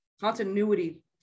Continuity